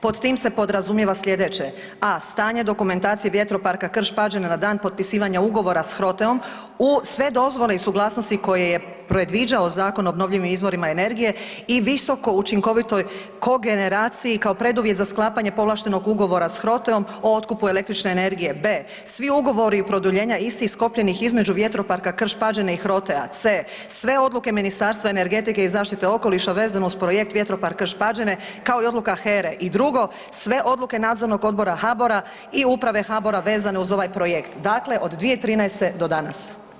Pod tim se podrazumijeva sljedeće: a) stanje dokumentacije vjetroparka Krš-Pađene na dan potpisivanja ugovora s HROTE-om uz sve dozvole i suglasnosti koje je predviđao Zakon o obnovljivim izvorima energije i visokoučinkovitoj kogeneraciji kao preduvjet za sklapanje povlaštenog ugovora s HROTE-om o otkupu električne energije, b) svi ugovori i produljenja istih sklopljenih između vjetroparka Krš-Pađene i HROTE-a, c) sve odluke Ministarstva energetike i zaštite okoliša vezano uz projekt vjetropark Krš-Pađene kao i odluka HER-e i drugo odluke nadzornog odbora HABOR-a i uprave HABOR-a vezane uz ovaj projekt, dakle od 2013. do danas.